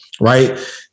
right